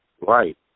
Right